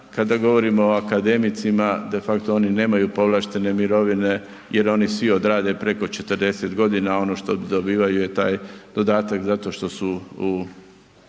Kada govorimo o akademicima, defakto oni nemaju povlaštene mirovine jer oni svi odrade preko 40.g., ono što dobivaju je taj dodatak zato što su u